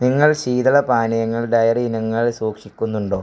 നിങ്ങൾ ശീതളപാനീയങ്ങൾ ഡയറി ഇനങ്ങൾ സൂക്ഷിക്കുന്നുണ്ടോ